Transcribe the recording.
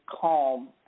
calm